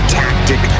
tactic